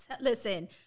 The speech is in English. listen